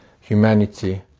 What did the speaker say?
humanity